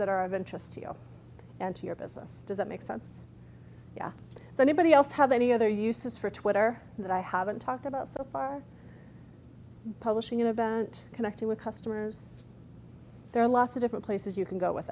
that are of interest to you and to your business does that make sense so anybody else have any other uses for twitter that i haven't talked about so far publishing event connecting with customers there are lots of different places you can go with